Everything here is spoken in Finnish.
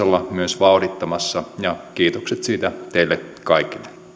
myös vauhdittamassa asiaa ja kiitokset siitä teille kaikille